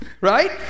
Right